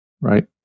right